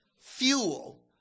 fuel